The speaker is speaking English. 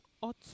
ought